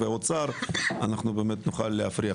ואוצר, אנחנו באמת נוכל להפריח.